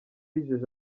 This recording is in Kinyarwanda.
yijeje